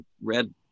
read